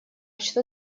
что